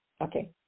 Okay